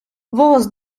волос